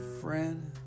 friend